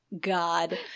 god